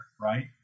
right